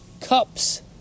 cups